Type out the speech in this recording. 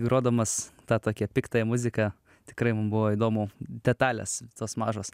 grodamas tą tokią piktąją muziką tikrai mum buvo įdomu detalės tos mažos